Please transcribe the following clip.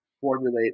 formulate